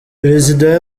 perezida